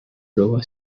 iowa